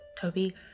Toby